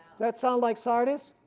that sounds like sardis?